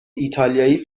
ایتالیایی